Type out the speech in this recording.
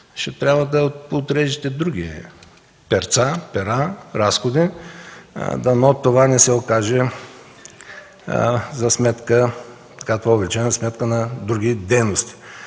ще трябва да отрежете други пера, разходи, дано това не се окаже за сметка на други дейности.